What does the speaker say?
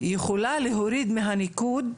היא יכולה להוריד מהניקוד,